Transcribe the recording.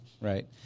Right